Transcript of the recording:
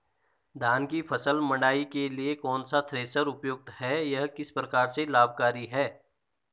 धान की फसल मड़ाई के लिए कौन सा थ्रेशर उपयुक्त है यह किस प्रकार से लाभकारी है?